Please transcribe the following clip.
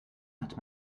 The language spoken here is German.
hat